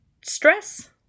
stress